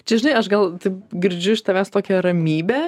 čia žinai aš gal taip girdžiu iš tavęs tokią ramybę